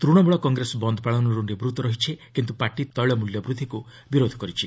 ତୃଣମୂଳ କଂଗ୍ରେସ ବନ୍ଦ ପାଳନରୁ ନିବୃତ ରହିଛି କିନ୍ତୁ ପାର୍ଟି ତୈଳ ମୂଲ୍ୟ ବୃଦ୍ଧିକୁ ବିରୋଧ କରିଛି